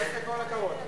(הגבלה לעניין ספרי לימוד במארז),